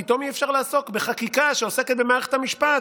פתאום אי-אפשר לעסוק בחקיקה שעוסקת במערכת המשפט.